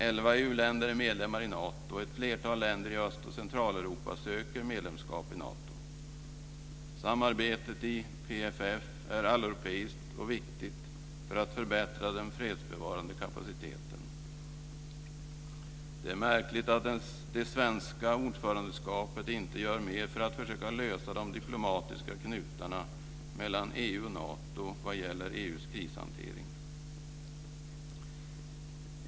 Elva EU-länder är medlemmar i Nato, och ett flertal länder i Öst och Centraleuropa söker medlemskap i Nato. Samarbetet i PFF är alleuropeiskt och viktigt för att förbättra den fredsbevarande kapaciteten. Det är märkligt att det svenska ordförandeskapet inte gör mer för att försöka lösa de diplomatiska knutarna mellan EU och Nato vad gäller EU:s krishantering.